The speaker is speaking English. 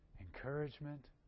encouragement